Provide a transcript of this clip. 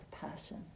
passion